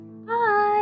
Bye